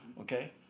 okay